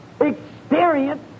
Experience